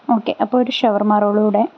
okay അപ്പോൾ ഒരു ഷവർമ റോളുകൂടെ